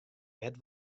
net